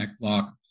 lock